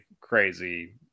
crazy